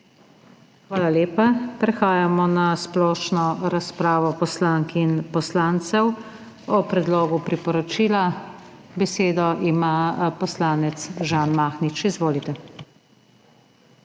Hvala lepa. Prehajamo na splošno razpravo poslank in poslancev o predlogu priporočila. Besedo ima poslanec Žan Mahnič. Izvolite.